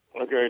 Okay